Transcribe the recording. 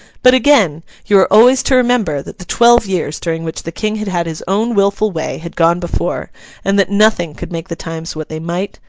but again, you are always to remember that the twelve years during which the king had had his own wilful way, had gone before and that nothing could make the times what they might,